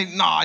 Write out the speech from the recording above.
no